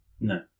No